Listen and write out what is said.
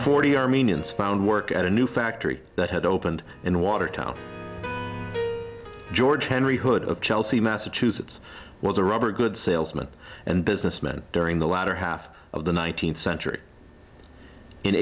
forty armenians found work at a new factory that had opened in watertown george henry hood of chelsea massachusetts was a robber good salesman and businessman during the latter half of the th century in